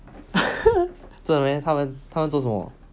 真的 meh 他们他们做什么